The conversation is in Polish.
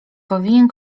powinien